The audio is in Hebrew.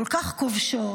כל כך כובשות